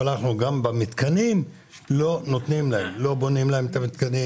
אבל גם במתקנים אנחנו - לא בונים להם מתקנים,